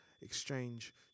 Exchange